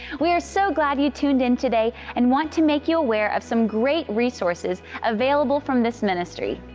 we are so glad you tuned in today and want to make you aware of some great resources available from this ministry.